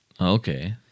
Okay